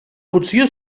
cocció